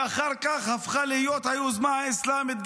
שאחר כך גם הפכה להיות היוזמה האסלאמית?